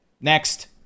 Next